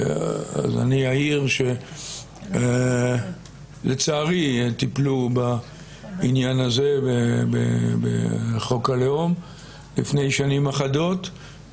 אז אני אעיר שלצערי טיפלו בעניין הזה בחוק הלאום לפני שנים אחדות,